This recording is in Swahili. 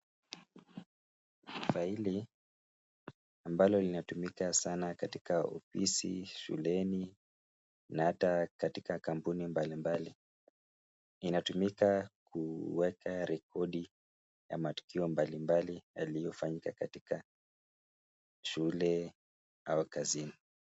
Faili ambalo linatumika sana katika ofisi, shuleni na hata katika kampuni mbalimbali. Linatumika kuweka rekodi ya matukio mbalimbali yaliyofanyika katika shule au kazini.